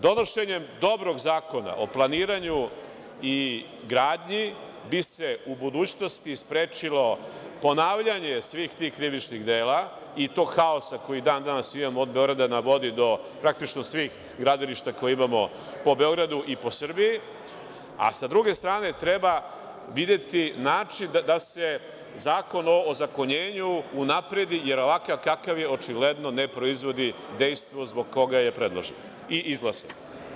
Donošenjem dobrog zakona o planiranju i gradnji bi se u budućnosti sprečilo ponavljanje svih tih krivičnih dela i tog haosa koji i dan danas imamo od „Beograda na vodi“ do praktično svih gradilišta koje imamo po Beogradu i po Srbiji, a sa druge strane treba videti način da se Zakon o ozakonjenju unapredi, jer ovakav kakav je očigledno ne proizvodi dejstvo zbog koga je predložen i izglasan.